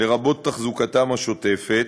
לרבות תחזוקתם השוטפת,